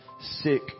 sick